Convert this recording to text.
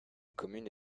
commune